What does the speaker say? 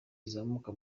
izamuka